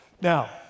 Now